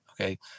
okay